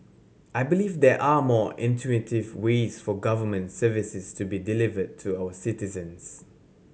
I believe there are more intuitive ways for government services to be delivered to our citizens